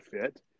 fit